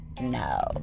No